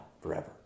forever